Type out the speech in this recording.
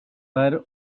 dar